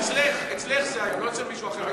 אצלך, אצלך זה היה, לא אצל מישהו אחר.